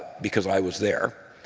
because i was there,